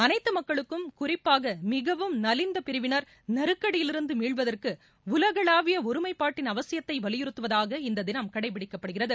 அனைத்து மக்களுக்கும் குறிப்பாக மிகவும் நலிந்த பிரிவினர் நெருக்கடியிலிருந்து மீள்வதற்கு உலகளாவிய ஒருமைப்பாட்டின் அவசியத்தை வலியுறுத்துவதாக இந்த தினம் கடைபிடிக்கப்படுகிறது